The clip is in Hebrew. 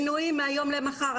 תוך כדי שינויים מהיום למחר.